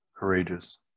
courageous